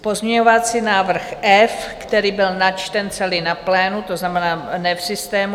Pozměňovací návrh F, který byl načten celý na plénu, to znamená, ne v systému.